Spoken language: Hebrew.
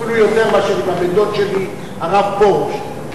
אפילו יותר מאשר עם הבן-דוד שלי הרב פרוש.